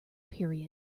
period